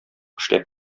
эшләп